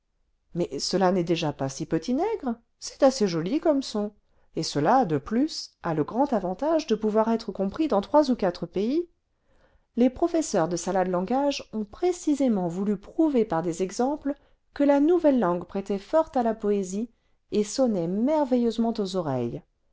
mais cela n'est déjà pas si petit nègre c'est assez joli comme son et cela de plus a le grand avantage de pouvoir être compris dans trois ou quatre pays les professeurs cle salade langage ont précisément voulu prouver par des exemples que la nouvelle langue prêtait fort à la poésie et sonnait merveilleusement aux oreilles